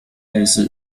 类似